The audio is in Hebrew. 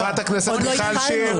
חברת הכנסת מיכל שיר.